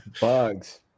Bugs